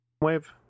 wave